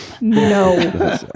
No